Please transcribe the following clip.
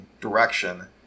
direction